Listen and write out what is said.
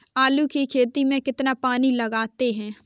आलू की खेती में कितना पानी लगाते हैं?